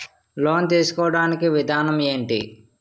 Loan తీసుకోడానికి విధానం ఏంటి?